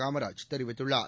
காமராஜ் தெரிவித்துள்ளார்